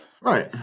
Right